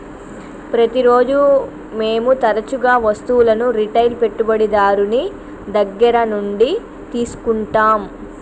ప్రతిరోజు మేము తరచుగా వస్తువులను రిటైల్ పెట్టుబడిదారుని దగ్గర నుండి తీసుకుంటాం